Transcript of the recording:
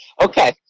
Okay